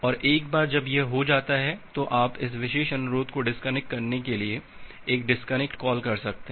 और एक बार जब यह हो जाता है तो आप इस विशेष अनुरोध को डिस्कनेक्ट करने के लिए एक डिस्कनेक्ट कॉल कर सकते हैं